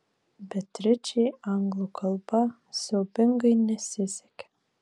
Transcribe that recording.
beatričei anglų kalba siaubingai nesisekė